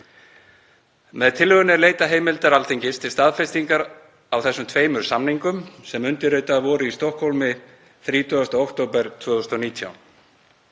Með tillögunni er leitað heimildar Alþingis til staðfestingar á þessum tveimur samningum sem undirritaðir voru í Stokkhólmi 30. október 2019.